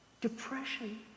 depression